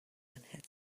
had